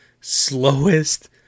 slowest